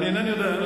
אינני יודע.